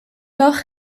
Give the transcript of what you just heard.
dag